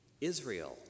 israel